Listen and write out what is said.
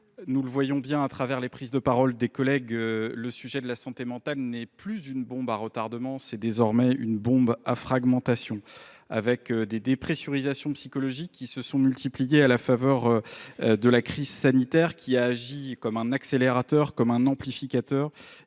Nous le voyons bien au travers des diverses interventions, la question de la santé mentale n’est plus une bombe à retardement ; elle est désormais une bombe à fragmentation, dont les dépressurisations psychologiques se sont multipliées à la faveur de la crise sanitaire, qui a agi comme un accélérateur ou un amplificateur.